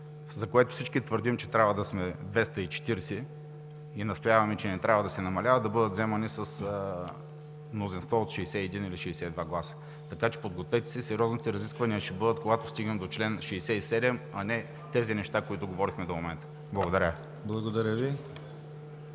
за което всички твърдим, че трябва да сме 240 и настояваме, че не трябва да се намаляват, да бъдат взимани с мнозинство от 61 или 62 гласа. Подгответе се, сериозните разисквания ще бъдат, когато стигнем до чл. 67, а не тези неща, които говорихме до момента. Благодаря Ви.